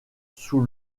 sous